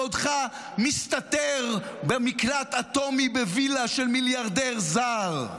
בעודך מסתתר במקלט אטומי בווילה של מיליארדר זר.